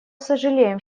сожалеем